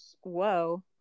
whoa